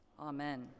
Amen